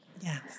Yes